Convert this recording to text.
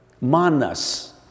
Manas